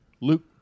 Luke